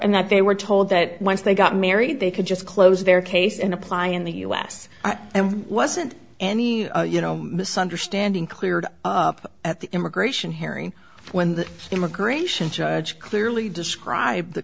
and that they were told that once they got married they could just close their case and apply in the u s and wasn't any you know misunderstanding cleared up at the immigration harry when the immigration judge clearly described the